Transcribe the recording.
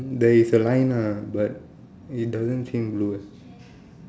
there is a line ah but it doesn't seem blue eh